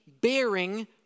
bearing